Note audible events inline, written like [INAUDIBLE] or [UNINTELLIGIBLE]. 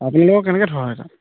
আপোনালোকক কেনেকে [UNINTELLIGIBLE]